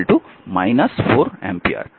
তাই I21 4 ampere